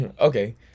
Okay